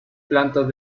plantas